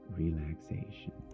relaxation